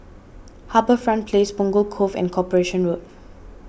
HarbourFront Place Punggol Cove and Corporation Road